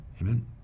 Amen